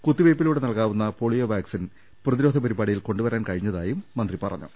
കുത്തിവെയ്പിലൂടെ നൽകാവുന്ന polio vaccine പ്രതി രോധ പരിപാടിയിൽ കൊണ്ടുവരാൻ കഴിഞ്ഞതായും മന്ത്രി പറ ഞ്ഞു